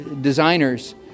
designers